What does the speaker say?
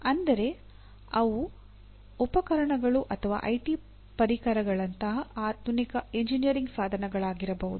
ಅಂದರೆ ಅವು ಉಪಕರಣಗಳು ಅಥವಾ ಐಟಿ ಪರಿಕರಗಳಂತಹ ಆಧುನಿಕ ಎಂಜಿನಿಯರಿಂಗ್ ಸಾಧನಗಳಾಗಿರಬಹುದು